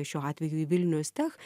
šiuo atveju į vilnius tech